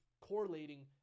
correlating